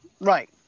Right